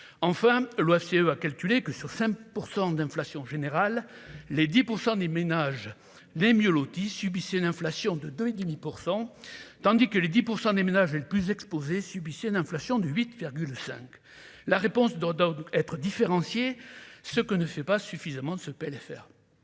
enfin l'OFCE a calculé que sur 5 % d'inflation générale les 10 % des ménages les mieux lotis subissait une inflation de 2 et demi % tandis que les 10 % des ménages est le plus exposé subissait une inflation de 8 virgule cinq la réponse dodo être différenciées, ce que ne fait pas suffisamment de ce PLFR.